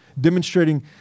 demonstrating